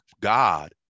God